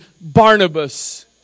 Barnabas